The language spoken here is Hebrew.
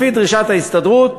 לפי דרישת ההסתדרות,